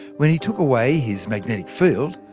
when he took away his magnetic field,